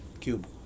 Cube